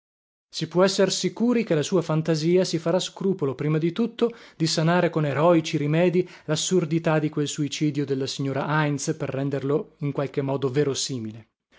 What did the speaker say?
si può esser sicuri che la sua fantasia si farà scrupolo prima di tutto di sanare con eroici rimedii lassurdità di quel suicidio della signora heintz per renderlo in qualche modo verosimile